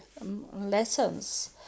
lessons